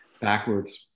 backwards